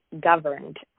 governed